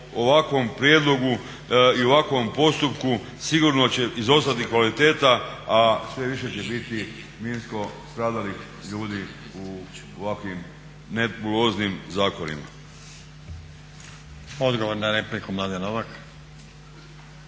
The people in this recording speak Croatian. ovakvom prijedlogu i ovakvom postupku sigurno će izostati kvaliteta, a sve više će biti minsko stradalih ljudi u ovakvim nebuloznim zakonima. **Stazić, Nenad